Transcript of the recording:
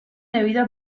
debido